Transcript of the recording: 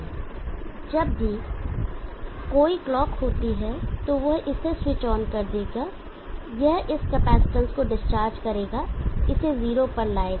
इसलिए जब भी कोई क्लॉक होती है तो वह इसे स्विच ऑन कर देगा यह इस कैपेसिटेंस को डिस्चार्ज करेगा इसे जीरो पर लाएगा